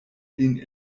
lin